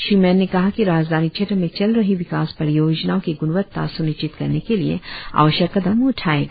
श्री मैन ने कहा कि राजधानी क्षेत्र में चल रही विकास परियोजनाओं की गूणवत्ता स्निश्चित करने के लिए आवश्यक कदम उठाएं गए है